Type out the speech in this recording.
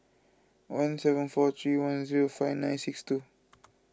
one seven four three one zero five nine six two